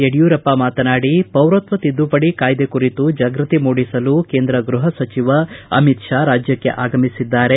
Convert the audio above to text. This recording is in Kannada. ಯಡಿಯೂರಪ್ಪ ಮಾತನಾಡಿ ಪೌರತ್ವ ತಿದ್ದುಪಡಿ ಕಾಯ್ದೆ ಕುರಿತು ಜಾಗೃತಿ ಮೂಡಿಸಲು ಕೇಂದ್ರ ಗೃಪ ಸಚಿವ ಅಮಿತ್ ಶಾ ರಾಜ್ಯಕ್ಷೆ ಆಗಮಿಸಿದ್ದಾರೆ